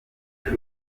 wacu